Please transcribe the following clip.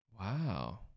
wow